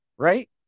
right